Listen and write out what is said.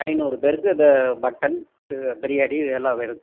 ஐந்நூறு பேருக்கு இது மட்டன் இது பிரியாணி இது எல்லாம் வேணும்